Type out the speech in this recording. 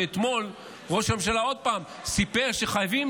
כשאתמול ראש הממשלה עוד פעם סיפר שחייבים